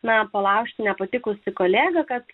ne palaužti nepatikusį kolegą kad